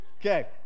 Okay